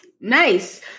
Nice